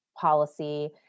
policy